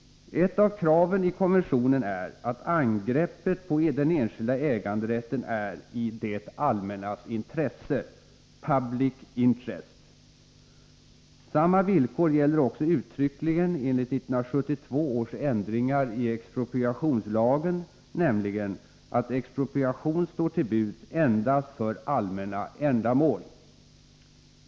Ett av kraven i konventionen är att angreppet på den enskilda äganderätten är i ”det allmännas intresse” . Samma villkor gäller också uttryckligen enligt 1972 års ändringar i expropriationslagen, nämligen att expropriation står till buds endast för allmänna ändamål.